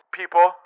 people